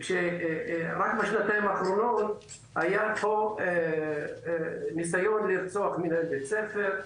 בשנתיים האחרונות היה ניסיון לרצוח מנהל בית ספר,